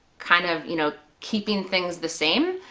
kind of you know keeping things the same,